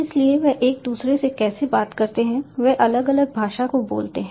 इसलिए वे एक दूसरे से कैसे बात करते हैं वे अलग अलग भाषा को बोलते हैं